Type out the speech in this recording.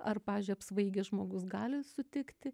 ar pavyzdžiui apsvaigęs žmogus gali sutikti